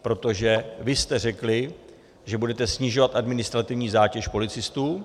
Protože vy jste řekli, že budete snižovat administrativní zátěž policistů.